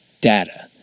data